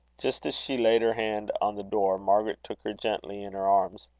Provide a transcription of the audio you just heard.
just as she laid her hand on the door, margaret took her gently in her arms.